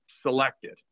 selected